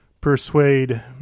persuade